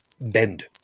bend